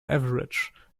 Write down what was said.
average